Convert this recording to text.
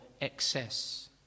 excess